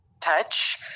touch